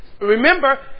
Remember